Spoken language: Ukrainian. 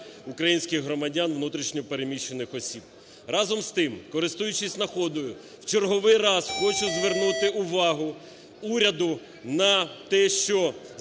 українських громадян внутрішньо переміщених осіб. Разом з тим, користуючись нагодою, в черговий раз хочу звернути увагу уряду на те, що